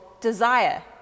desire